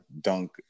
dunk